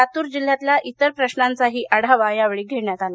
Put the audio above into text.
लातूर जिल्ह्यातल्या इतर प्रश्नांचाही आढावा घेण्यात आला